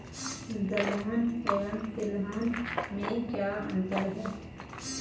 दलहन एवं तिलहन में क्या अंतर है?